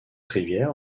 rivière